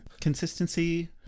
consistency